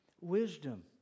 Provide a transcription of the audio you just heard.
Wisdom